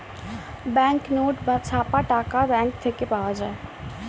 bank note বা ছাপা টাকা ব্যাঙ্ক থেকে পাওয়া যায়